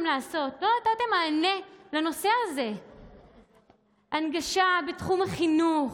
הנגשה בתחום החינוך,